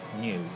new